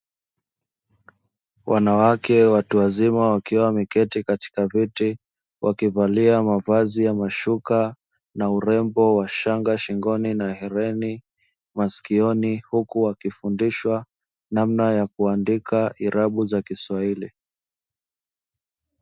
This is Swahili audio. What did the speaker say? Wanawake watu wazima wakiwa wameketi katika viti, wakivalia mavazi ya mashuka na urembo wa shanga shingoni na heleni masikioni, huku wakifundishwa namna ya kuandika irabu za kiswahili.